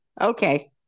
Okay